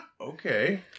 Okay